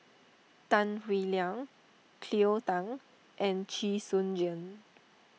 Tan Howe Liang Cleo Thang and Chee Soon Juan